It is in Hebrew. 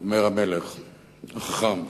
אמר המלך החכם,